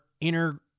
inner